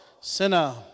Sinner